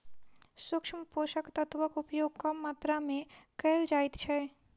सूक्ष्म पोषक तत्वक उपयोग कम मात्रा मे कयल जाइत छै